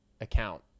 account